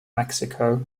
mexico